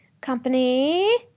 Company